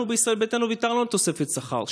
אנחנו בישראל ביתנו ויתרנו על תוספת שכר,